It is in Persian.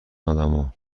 آدما